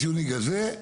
הזה,